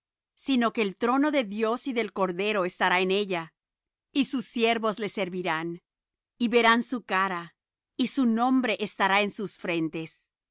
sino que el trono de dios y del cordero estará en ella y sus siervos le servirán y verán su cara y su nombre estará en sus frentes